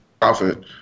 profit